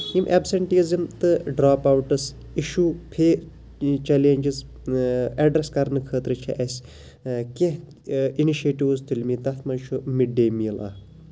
یم ایبسینٹیٖزم تہٕ drop outs issue فے یہِ چیلینجٔز ایڈرَس کرنہٕ خٲطرٕ چھِ اَسہِ کیٚنہہ اِنِشیٹِوز تُلۍمٕتۍ تَتھ منٛز چھُ مِڈ ڈے میٖل اَکھ